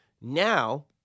Now